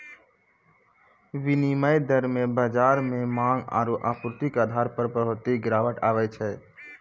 विनिमय दर मे बाजार मे मांग आरू आपूर्ति के आधार पर बढ़ोतरी गिरावट आवै छै